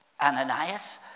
Ananias